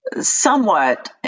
somewhat